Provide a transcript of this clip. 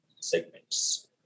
segments